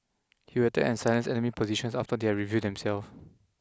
he would attack and silence enemy positions after they had revealed themselves